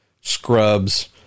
scrubs